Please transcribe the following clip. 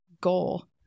goal